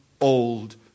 old